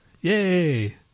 Yay